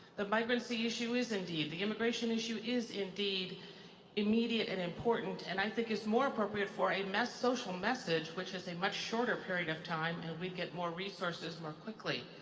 the migrantsy issue is indeed, the immigration issue is indeed immediate and important and i think is more appropriate for a social message which is a much shorter period of time and we'd get more resources more quickly.